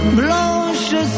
blanche